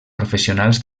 professionals